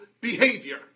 behavior